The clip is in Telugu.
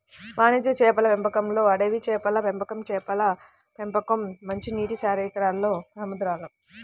వాణిజ్య చేపల పెంపకంలోఅడవి చేపల పెంపకంచేపల పెంపకం, మంచినీటిశరీరాల్లో సముద్రాలు